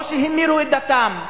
או שהמירו את דתם.